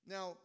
Now